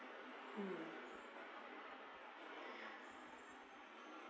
mm